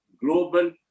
global